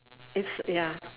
it's ya